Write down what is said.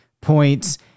points